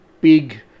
big